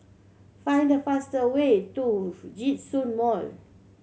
find the fastest way to Djitsun Mall